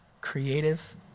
creative